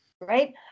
right